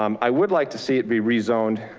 um i would like to see it be rezoned,